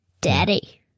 Daddy